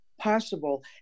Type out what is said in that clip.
possible